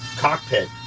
cockpit.